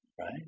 right